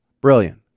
Brilliant